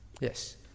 Yes